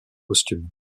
posthume